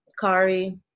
Kari